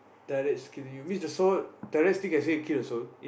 you mean the soul can still kill the soul